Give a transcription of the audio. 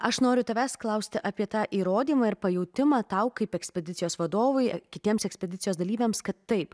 aš noriu tavęs klausti apie tą įrodymą ir pajautimą tau kaip ekspedicijos vadovui kitiems ekspedicijos dalyviams kad taip